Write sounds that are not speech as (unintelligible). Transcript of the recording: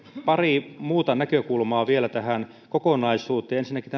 pari muuta näkökulmaa tähän kokonaisuuteen ensinnäkin (unintelligible)